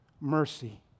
mercy